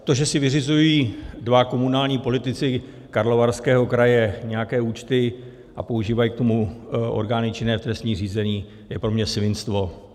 To, že si vyřizují dva komunální politici Karlovarského kraje nějaké účty a používají k tomu orgány činné v trestním řízení, je pro mě svinstvo.